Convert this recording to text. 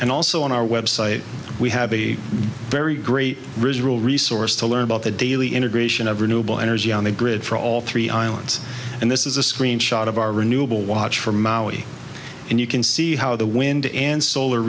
and also on our website we have a very great residual resource to learn about the daily integration of renewable energy on the grid for all three islands and this is a screenshot of our renewable watch for maui and you can see how the wind and solar